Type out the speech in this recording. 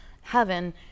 heaven